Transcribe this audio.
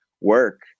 work